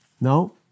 No